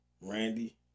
Randy